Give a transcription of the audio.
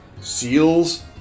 seals